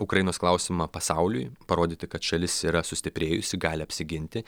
ukrainos klausimą pasauliui parodyti kad šalis yra sustiprėjusi gali apsiginti